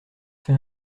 fait